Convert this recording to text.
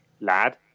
lad